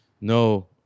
No